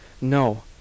no